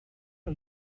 que